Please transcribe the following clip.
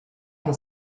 che